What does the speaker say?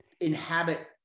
inhabit